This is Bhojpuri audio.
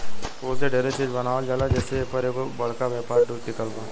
फूल से डेरे चिज बनावल जाला जे से एपर एगो बरका व्यापार टिकल बा